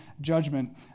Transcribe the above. judgment